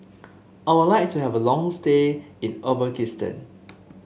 I would like to have a long stay in Uzbekistan